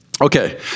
Okay